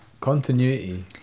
continuity